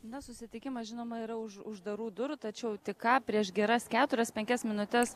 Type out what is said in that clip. na susitikimas žinoma yra už uždarų durų tačiau tik ką prieš geras keturias penkias minutes